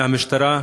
מהמשטרה,